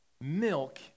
milk